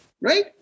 right